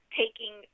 taking